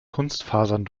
kunstfasern